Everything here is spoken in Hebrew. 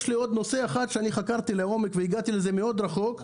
יש נושא אחד שחקרתי לעומק והגעתי עם זה מאוד רחוק,